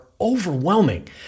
overwhelming